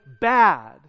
bad